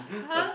!huh!